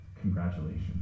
congratulations